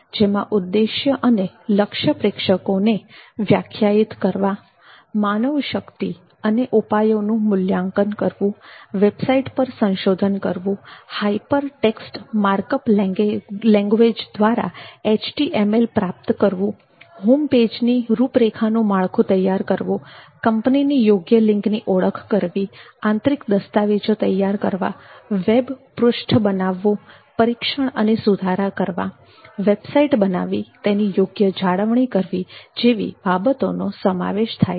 જેમા ઉદ્દેશ્ય અને લક્ષ્ય પ્રેક્ષકોને વ્યાખ્યાયિત કરવા માનવશક્તિ અને ઉપાયોનું મૂલ્યાંકન કરવું વેબસાઇટ પર સંશોધન કરવું hyper text markup language HTML પ્રાપ્ત કરવું હોમ પેજની રૂપરેખાનું માળખું તૈયાર કરવું કંપનીની યોગ્ય લિંકની ઓળખ પ્રાપ્ત કરવી આંતરિક દસ્તાવેજો તૈયાર કરવા વેબ પૃષ્ઠ બનાવવું પરીક્ષણ અને સુધારા કરવા વેબસાઈટ બનાવી તેની યોગ્ય જાળવણી કરવી વગેરે જેવી બાબતોનો સમાવેશ થાય છે